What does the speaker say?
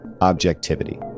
objectivity